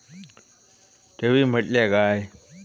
ठेवी म्हटल्या काय?